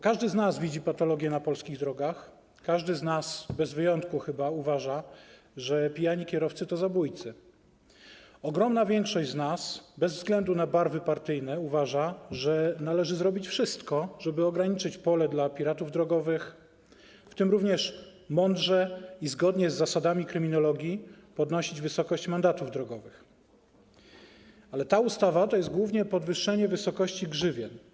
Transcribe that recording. Każdy z nas widzi patologię na polskich drogach, każdy z nas, chyba bez wyjątku, uważa, że pijani kierowcy to zabójcy, ogromna większość z nas bez względu na barwy partyjne uważa, że należy zrobić wszystko, żeby ograniczyć pole dla piratów drogowych, w tym mądrze i zgodnie z zasadami kryminologii podnosić wysokość mandatów drogowych, ale ta ustawa to głównie podwyższenie wysokości grzywien.